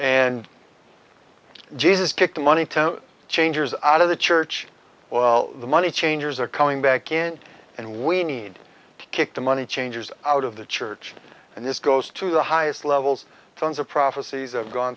and jesus kick the money changers out of the church well the money changers are coming back in and we need to kick the money changers out of the church and this goes to the highest levels tons of prophecies of gone